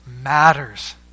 matters